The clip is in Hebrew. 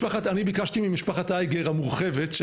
אני ביקשתי ממשפחת אייגר המורחבת,